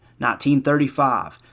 1935